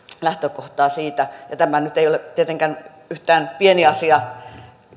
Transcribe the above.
lähtökohtaa siitä tämä nyt ei ole tietenkään yhtään pieni asia